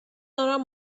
دارم